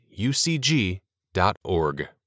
ucg.org